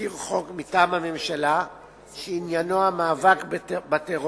תזכיר חוק מטעם הממשלה שעניינו המאבק בטרור.